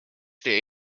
they